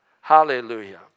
Hallelujah